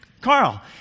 Carl